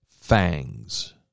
Fangs